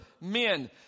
men